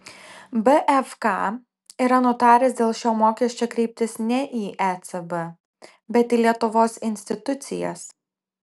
bfk yra nutaręs dėl šio mokesčio kreiptis ne į ecb bet į lietuvos institucijas